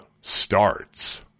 starts